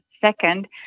second